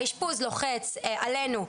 האישפוז לוחץ עלינו,